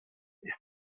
ist